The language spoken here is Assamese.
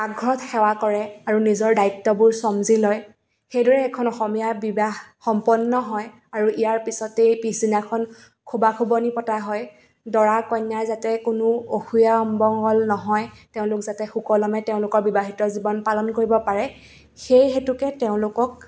পাকঘৰত সেৱা কৰে আৰু নিজৰ দায়িত্ববোৰ চমজি লয় সেইদৰে এখন অসমীয়া বিবাহ সম্পন্ন হয় আৰু ইয়াৰ পিছতেই পিছদিনাখন খুবা খুবুনী পতা হয় দৰা কইনা যাতে কোনো অসূয়া অমংগল নহয় তেওঁলোক যাতে সুকলমে তেওঁলোকৰ বিবাহিত জীৱন পালন কৰিব পাৰে সেই হেতুকে তেওঁলোকক